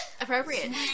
Appropriate